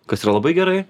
kas yra labai gerai